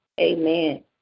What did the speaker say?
Amen